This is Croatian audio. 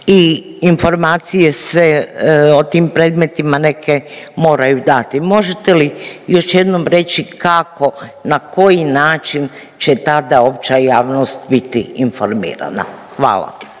i informacije se o tim predmetima neke moraju dati. Možete li još jednom reći kako, na koji način će tada opća javnost biti informirana? Hvala.